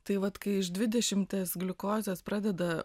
tai vat kai iš dvidešimties gliukozės pradeda